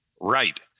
Right